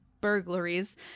burglaries